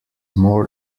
more